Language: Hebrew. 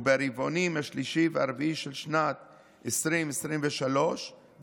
וברבעונים השלישי והרביעי של שנת 2023 וכן